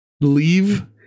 leave